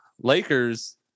Lakers